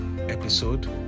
episode